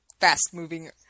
fast-moving